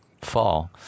fall